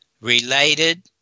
Related